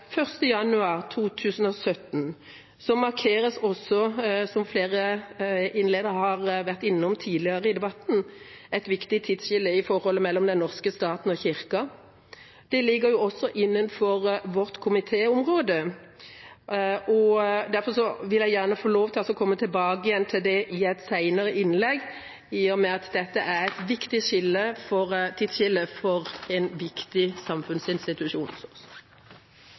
januar 2017 markeres også, som flere har vært innom tidligere i debatten, et viktig tidsskille i forholdet mellom Den norske stat og Kirken. Det ligger også innenfor vårt komitéområde. Derfor vil jeg gjerne få lov til å komme tilbake til det i et senere innlegg, i og med at dette er et viktig tidsskille for en viktig samfunnsinstitusjon.